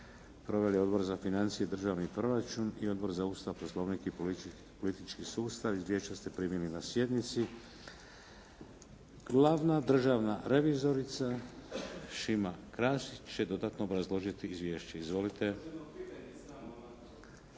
proveli: Odbor za financije i državni proračun i Odbor za Ustav, Poslovnik i politički sustav. Izvješća ste primili na sjednici. Glavna državna revizorica Šima Krasić će dodatno obrazložiti izvješće. Izvolite.